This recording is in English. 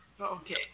Okay